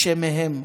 שמהם,